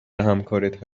همکارت